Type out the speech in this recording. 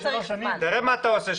תראה מה אתה עושה,